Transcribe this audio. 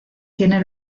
tiene